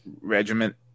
regiment